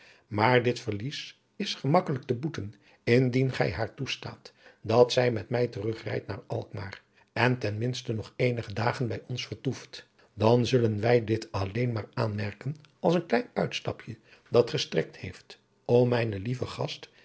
maar dit verlies is gemakkelijk te boeten indien gij haar toestaat dat zij met mij terug rijdt naar alkmaar en ten minste nog eenige dagen bij ons vertoest dan zullen wij dit alleen maar aanmerken als een klein uitstapje dat gestrekt heeft om mijne lieve gast